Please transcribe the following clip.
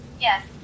Yes